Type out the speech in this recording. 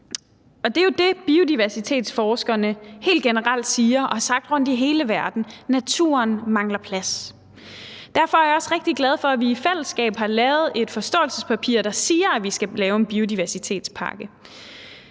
Det er jo det, som biodiversitetsforskerne helt generelt siger og har sagt rundtom i hele verden: Naturen mangler plads. Derfor er jeg også rigtig glad for, at vi i fællesskab har lavet et forståelsespapir, der siger, at vi skal lave en biodiversitetspakke.